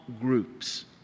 groups